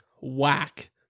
whack